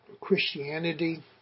Christianity